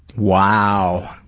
wow.